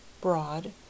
broad